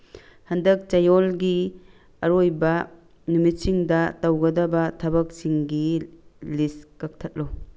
ꯍꯟꯗꯛ ꯆꯌꯣꯜꯒꯤ ꯑꯔꯣꯏꯕ ꯅꯨꯃꯤꯠꯁꯤꯡꯗ ꯇꯧꯒꯗꯕ ꯊꯕꯛꯁꯤꯡꯒꯤ ꯂꯤꯁ ꯀꯛꯊꯠꯂꯨ